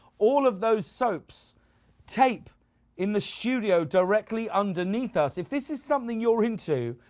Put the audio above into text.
all of those soaps taped in the studio directly underneath us, if this is something you're into,